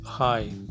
Hi